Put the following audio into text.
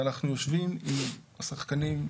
ואנחנו יושבים עם השחקנים,